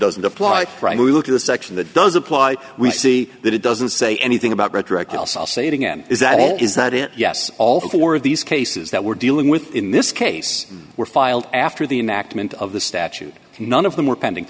doesn't apply we look at the section that does apply we see that it doesn't say anything about rhetoric else i'll say it again is that is that it yes all four of these cases that we're dealing with in this case were filed after the enact meant of the statute and none of them were pending